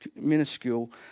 minuscule